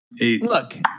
Look